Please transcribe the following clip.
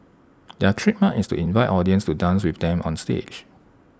their trademark is to invite audience to dance with them onstage